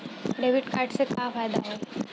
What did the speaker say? Debit card से का फायदा होई?